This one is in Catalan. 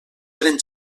eren